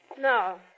No